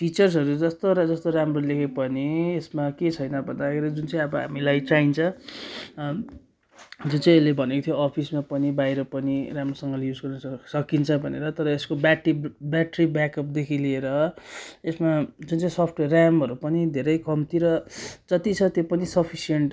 फिचर्सहरू जस्तो र जस्तो राम्रो लेखेको भए पनि यसमा के छैन भन्दाखेरि जुन चाहिँ अब हामीलाई चाहिन्छ जुन चाहिँ अहिले भनेको थियो अफिसमा पनि बाहिर पनि राम्रोसँगले युज गर्नु स सकिन्छ भनेर तर यसको ब्याटी ब्याट्री ब्याकअपदेखि लिएर यसमा जुन चाहिँ सफ्टवेयर ऱ्यामहरू पनि धेरै कम्ती र जत्ति छ त्यही पनि सफिसेन्ट